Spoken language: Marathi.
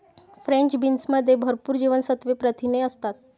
फ्रेंच बीन्समध्ये भरपूर जीवनसत्त्वे, प्रथिने असतात